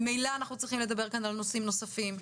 ממילא אנחנו צריכים לדבר כאן על נושאים נוספים,